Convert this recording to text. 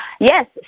Yes